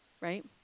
Right